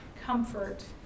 Comfort